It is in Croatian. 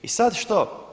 I sada što?